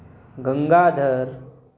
Gangadhar